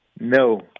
No